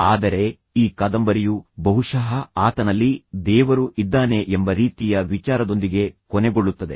ಆದರೆ ಈ ಕಾದಂಬರಿಯು ಬಹುಶಃ ಆತನಲ್ಲಿ ದೇವರೂ ಇದ್ದಾನೆ ಎಂಬ ರೀತಿಯ ವಿಚಾರದೊಂದಿಗೆ ಕೊನೆಗೊಳ್ಳುತ್ತದೆ